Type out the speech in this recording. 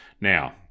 Now